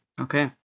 Okay